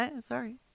Sorry